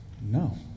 no